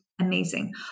amazing